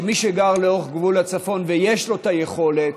שמי שגר לאורך גבול הצפון ויש לו את היכולת,